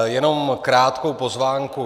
Jenom krátkou poznámku.